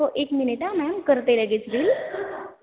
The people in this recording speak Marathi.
हो एक मिनिट आ मॅम करते रजि